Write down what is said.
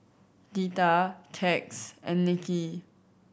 Deetta Tex and Nicky